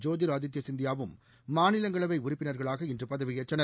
ஜோதிர் ஆதித்ப சிந்தியாவும் மாநிலங்களவை உறுப்பினர்களாக இன்று பதவியேற்றனர்